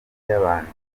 yabanje